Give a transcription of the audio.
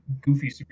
goofy